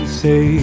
say